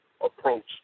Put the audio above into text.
approach